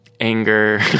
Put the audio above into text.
Anger